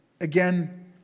again